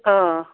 अह